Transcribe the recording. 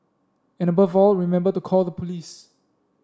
and above all remember to call the police